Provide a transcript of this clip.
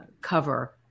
cover